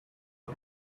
him